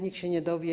Nikt się nie dowie,